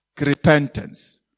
repentance